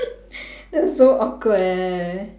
that's so awkward eh